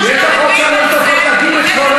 מה זה לקרוא אותי לסדר?